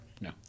no